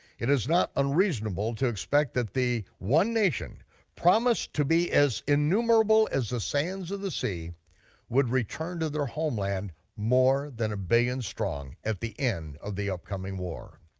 it is not unreasonable to expect that the one nation promised to be as innumerable as the sands of the sea would return to their homeland more than a billion strong at the end of the upcoming war.